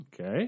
Okay